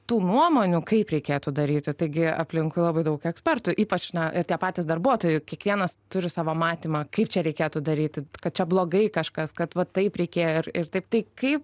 tų nuomonių kaip reikėtų daryti taigi aplinkui labai daug ekspertų ypač na ir tie patys darbuotojai kiekvienas turi savo matymą kaip čia reikėtų daryti kad čia blogai kažkas kad va taip reikėjo ir ir taip tai kaip